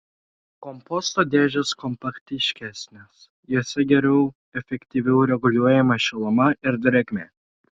komposto dėžės kompaktiškesnės jose geriau efektyviau reguliuojama šiluma ir drėgmė